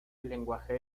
lenguaje